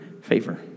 favor